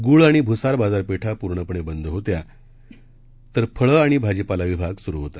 गूळ आणि भुसार बाजारपेठा पूर्णपणे बंद होत्या तर फळं आणि भाजीपाला विभाग सुरू होता